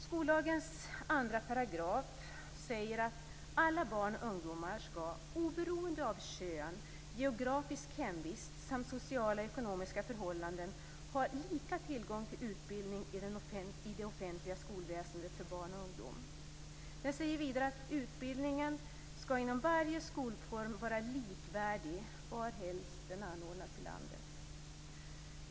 Skollagens andra paragraf säger att alla barn och ungdomar skall, oberoende av kön, geografisk hemvist samt sociala och ekonomiska förhållanden, ha lika tillgång till utbildning i det offentliga skolväsendet för barn och ungdom. Den säger vidare att utbildningen skall inom varje skolform vara likvärdig, varhelst den anordnas i landet.